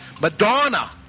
Madonna